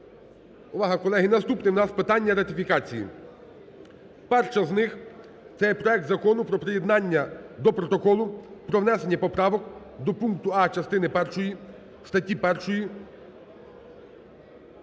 Увага, колеги! Наступне в нас питання ратифікації. Перше з них це є проект Закону про приєднання до Протоколу про внесення поправок до пункту а) частини першої статті 1